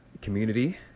community